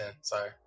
sorry